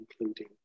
including